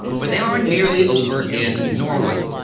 but they are nearly over in norway.